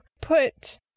put